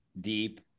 deep